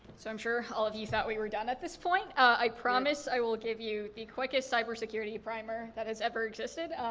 so i'm sure all of you thought we were done at this point. i promise i will give you the quickest cyber security primer that has ever existed.